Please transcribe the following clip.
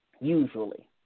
Usually